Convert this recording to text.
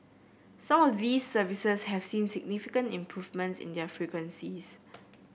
some of these services have seen significant improvements in their frequencies